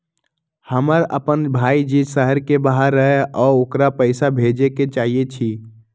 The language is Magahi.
हमर अपन भाई जे शहर के बाहर रहई अ ओकरा पइसा भेजे के चाहई छी